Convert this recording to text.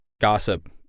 gossip